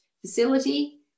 facility